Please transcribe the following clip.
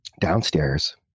downstairs